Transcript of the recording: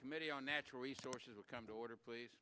committee on natural resources will come to order please